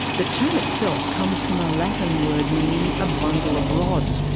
the term itself comes from a latin word meaning a bundle of rods,